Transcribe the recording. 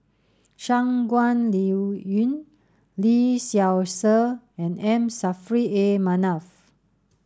Shangguan Liuyun Lee Seow Ser and M Saffri A Manaf